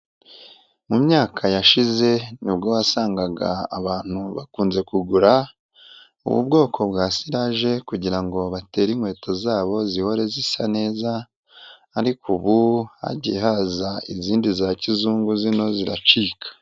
Mu myaka yashize nibwo wasangaga abantu bakunze kugura ubu bwoko bwa sirage kugira ngo batere inkweto zabo zihore zisa neza, ariko ubu hagiye haza izindi za kizungu zino ziracika.